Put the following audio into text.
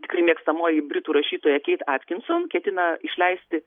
tikrai mėgstamoji britų rašytoja keit atkinson ketina išleisti